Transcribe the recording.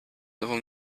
nową